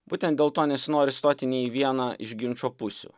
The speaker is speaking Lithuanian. būtent dėl to nesinori stoti nei į vieną iš ginčo pusių